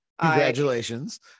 Congratulations